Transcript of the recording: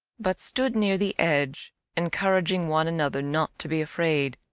but stood near the edge encouraging one another not to be afraid.